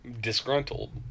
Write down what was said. disgruntled